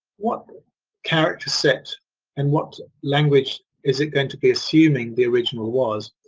what character set and what language is it going to be assuming the original was?